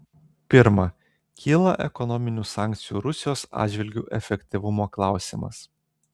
pirma kyla ekonominių sankcijų rusijos atžvilgiu efektyvumo klausimas